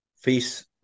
face